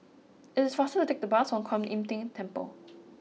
it is faster to take the bus to Kuan Im Tng Temple